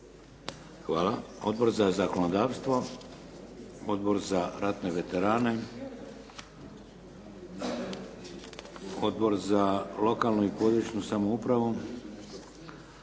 Hvala. Odbor za zakonodavstvo, Odbor za ratne veterane, Odbor za lokalnu i područnu samoupravu.